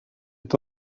est